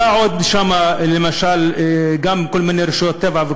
באות לשם עוד למשל גם כל מיני רשויות טבע,